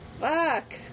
fuck